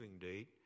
date